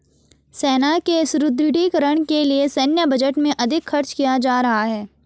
सेना के सुदृढ़ीकरण के लिए सैन्य बजट में अधिक खर्च किया जा रहा है